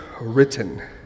written